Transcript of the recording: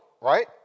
right